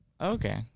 Okay